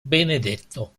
benedetto